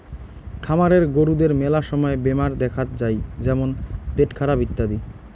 খামারের গরুদের মেলা সময় বেমার দেখাত যাই যেমন পেটখারাপ ইত্যাদি